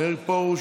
מאיר פרוש,